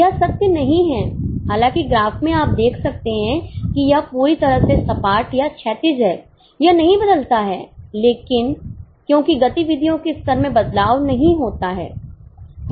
यह सत्य नहीं है हालांकि ग्राफ में आप देख सकते हैं कि यह पूरी तरह से सपाट या क्षैतिज हैं यह नहीं बदलता है क्योंकि गतिविधियों के स्तर में बदलाव नहीं होता है